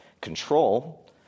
control